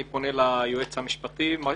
אני פונה ליועץ המשפטי לממשלה.